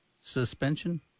suspension